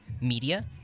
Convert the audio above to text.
media